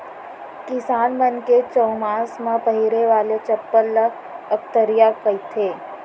किसान मन के चउमास म पहिरे वाला चप्पल ल अकतरिया कथें